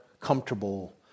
comfortable